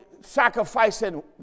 sacrificing